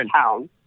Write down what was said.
town